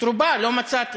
רובה לא מצאתי.